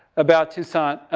about toussaint.